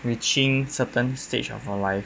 reaching certain stage of your life